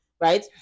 right